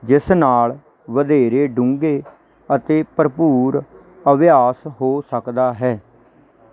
ਜਿਸ ਨਾਲ ਵਧੇਰੇ ਡੂੰਘੇ ਅਤੇ ਭਰਪੂਰ ਅਭਿਆਸ ਹੋ ਸਕਦਾ ਹੈ